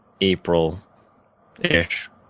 April-ish